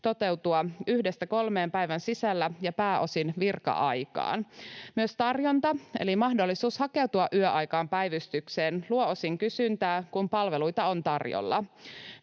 toteutua 1—3 päivän sisällä ja pääosin virka-aikaan. Myös tarjonta, eli mahdollisuus hakeutua yöaikaan päivystykseen, luo osin kysyntää, kun palveluita on tarjolla.